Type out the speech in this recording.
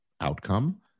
outcome